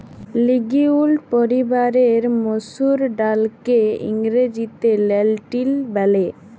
legume পরিবারের মসুর ডাইলকে ইংরেজিতে লেলটিল ব্যলে